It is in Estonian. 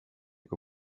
kui